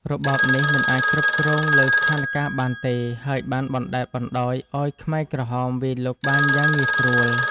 របបនេះមិនអាចគ្រប់គ្រងលើស្ថានការណ៍បានទេ ហើយបានបណ្តែតបណ្តោយឲ្យខ្មែរក្រហមវាយលុកបានយ៉ាងងាយស្រួល។